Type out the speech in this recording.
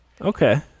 Okay